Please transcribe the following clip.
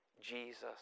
Jesus